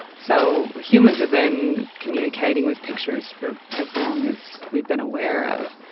so humans have been communicating with pictures for as long as we've been aware of.